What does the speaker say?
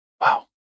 Wow